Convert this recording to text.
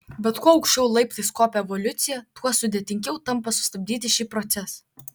bet kuo aukščiau laiptais kopia evoliucija tuo sudėtingiau tampa sustabdyti šį procesą